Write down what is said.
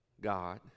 God